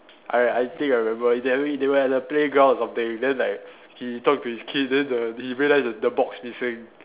I I think I remember they're they were at the playground or something then like he talk to his kid then the he realise the the box missing